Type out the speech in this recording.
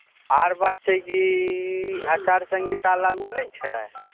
आओर बात छै कि ई आचार सँहिता लागू नहि छै